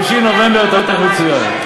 5 בנובמבר תאריך מצוין.